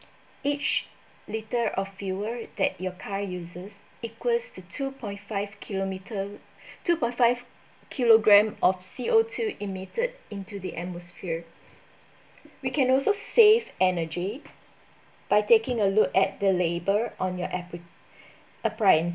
each liter of fuel that your car uses equals to two point five kilometer two point five kilogram of C_O_two emitted into the atmosphere we can also save energy by taking a look at the label on your applic~ appliances